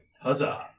Huzzah